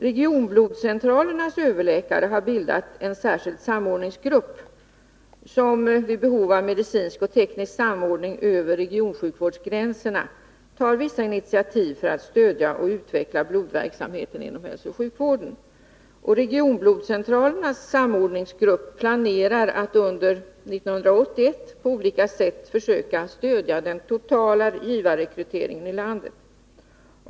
Regionblodcentralernas överläkare har bildat en särskild samordningsgrupp, som — vid behov av medicinsk och teknisk samordning över regionsjukvårdsgränserna — tar vissa initiativ för att stödja och utveckla blodverksamheten inom hälsooch sjukvården. Regionblodcentralernas 127 samordningsgrupp planerar att under 1981 på olika sätt försöka stödja den totala givarrekryteringen i landet.